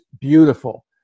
beautiful